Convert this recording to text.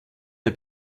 der